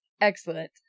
excellent